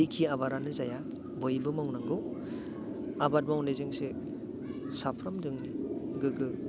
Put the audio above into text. जिखि आबादानो जाया बयबो मावनांगौ आबाद मावनायजोंसो साफ्रोम जोंनि गोग्गो